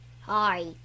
Hi